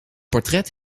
portret